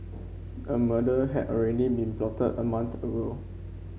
a murder had already been plotted a month ago